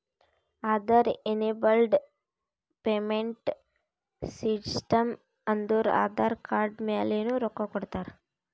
Aadhaar enabled payment system ಅಂದುರ್ Aadhaar card ಮ್ಯಾಲನು ರೊಕ್ಕಾ ಕೊಡ್ತಾರ